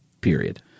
Period